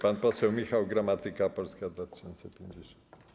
Pan poseł Michał Gramatyka, Polska 2050.